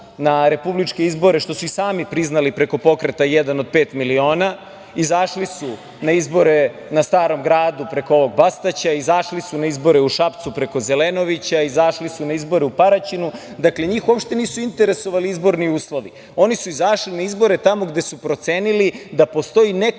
na republičke izbore, što su i sami priznali preko pokreta „1 od 5 miliona“, izašli su na izbor na Starom Gradu preko ovog Bastaća, izašli su na izbore u Šapcu preko Zelenovića, izašli su na izbore u Paraćinu. Dakle, njih uopšte nisu interesovali izborni uslovi. Oni su izašli na izbore tamo gde su procenili da postoji neka